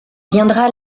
viendra